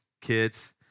kids